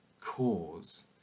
cause